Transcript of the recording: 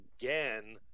again